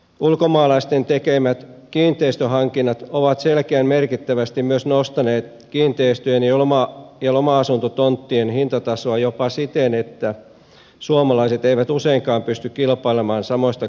ulkomaalaisten tekemät kiinteistöhankinnat ovat selkeän merkittävästi myös nostaneet kiinteistöjen ja loma asuntotonttien hintatasoa jopa siten että suomalaiset eivät useinkaan pysty kilpailemaan samoista kohteista